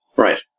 Right